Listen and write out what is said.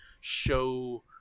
show